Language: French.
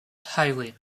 highway